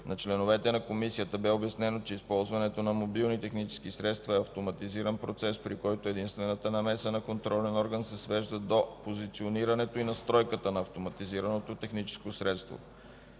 На членовете на комисията бе обяснено, че използването на мобилни технически средства е автоматизиран процес, при който единствената намеса на контролен орган се свежда до позиционирането и настройката на автоматизираното техническо средство.